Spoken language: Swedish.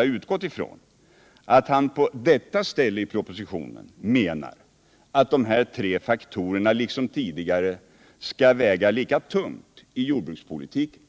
vi utgått ifrån att han på detta ställe i propositionen menar att de här tre faktorerna liksom tidigare skall väga lika tungt i jordbrukspolitiken.